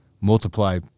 multiply